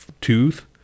tooth